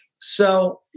So-